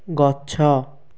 ଗଛ